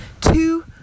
two